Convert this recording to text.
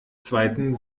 zweiten